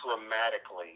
dramatically